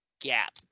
Gap